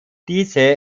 diese